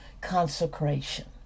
consecration